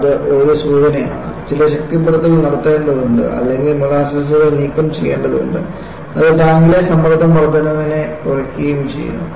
അത് ഒരു സൂചനയാണ് ചില ശക്തിപ്പെടുത്തൽ നടത്തേണ്ടതുണ്ട് അല്ലെങ്കിൽ മോളാസസുകൾ നീക്കംചെയ്യേണ്ടതുണ്ട് അത് ടാങ്കിലെ സമ്മർദ്ദം വർദ്ധനവിനെ കുറയ്ക്കുകയും ചെയ്യും